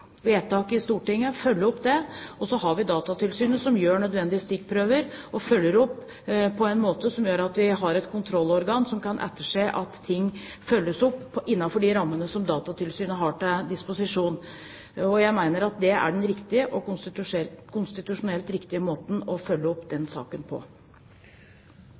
gjør nødvendige stikkprøver, og følger opp på en måte som gjør at vi har et kontrollorgan som kan etterse at ting følges opp, innenfor de rammene som Datatilsynet har til disposisjon. Jeg mener at det er den konstitusjonelt riktige måten å følge opp den saken på.